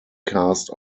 cast